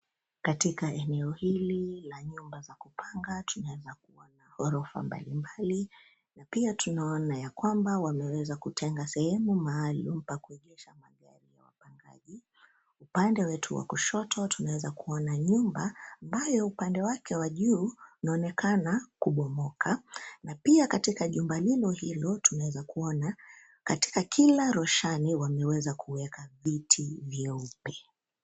Katika eneo hili la nyumba za kupanga tunavyokuwa na ghorofa mbalimbali na pia tunaona ya kwamba wameweza kutenga sehemu maalum mpaka kuegesha magari ya wapangaji na pia upande wetu wa kushoto, tunaweza vya kuona nyumba ambayo upande wake wa juu inaonekana kubomoka na pia katika jumba hilo tunaweza kuona katika kila roshani wameweza kuweka biti vyeupe.